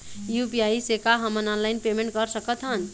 UPI से का हमन ऑनलाइन पेमेंट कर सकत हन?